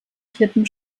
klippen